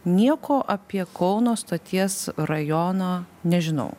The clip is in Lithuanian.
nieko apie kauno stoties rajoną nežinau